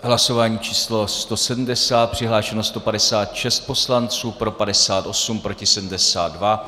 Hlasování číslo 170, přihlášeno 156 poslanců, pro 58, proti 72.